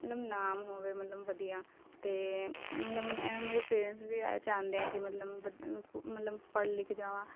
ਮਤਲਬ ਨਾਮ ਹੋਵੇ ਮਤਲਬ ਵਧੀਆ ਅਤੇ ਮਤਲਬ ਮੈਂ ਮੇਰੇ ਪੇਰੈਂਟਸ ਵੀ ਇਹ ਚਾਹੁੰਦੇ ਹੈ ਕਿ ਮਤਲਬ ਵਧ ਮਤਲਬ ਪੜ੍ਹ ਲਿਖ ਜਾਵਾਂ